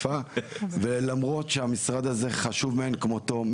ולמרות שהמשרד הזה חשוב מאין כמותו,